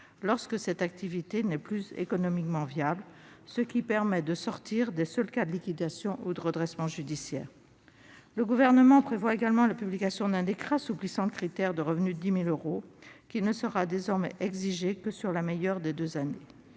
lorsque cette activité n'est pas économiquement viable », ce qui permet de sortir des seuls cas de liquidation ou de redressement judiciaires. Le Gouvernement prévoit également la publication d'un décret assouplissant le critère de revenus de 10 000 euros, qui ne sera désormais exigé que sur la meilleure des deux années.